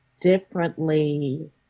differently